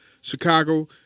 Chicago